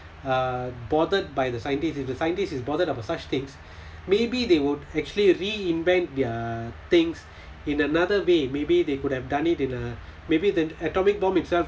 are bothered by the scientist if the scientist is bothered about such things maybe they would actually reinvent their things in another way maybe they could have done it in a maybe the at~ atomic bomb itself